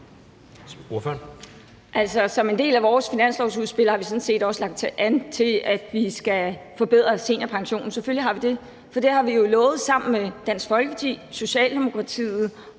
som en del af vores finanslovsudspil lagt an til, at vi skal forbedre seniorpensionen. Selvfølgelig har vi det, for det har vi jo lovet sammen med Dansk Folkeparti, Socialdemokratiet